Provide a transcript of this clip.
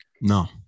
No